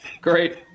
great